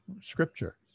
scripture